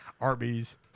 Arby's